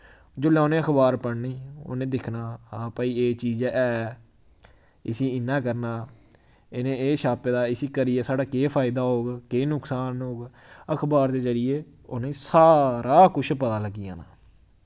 जुल्लै उ'नै अखबार पढ़नी उ'नें दिक्खना हां भाई एह् चीज ऐ इसी इ'यां करना इनें एह् छापे दा इसी करियै साढ़ा केह् फायदा होग केह् नकसान होग अखबार दे जरिये उ'नें सारा कुछ पता लग्गी जाना